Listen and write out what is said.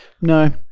No